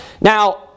Now